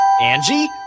angie